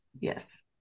Yes